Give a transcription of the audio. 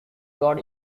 got